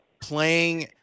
playing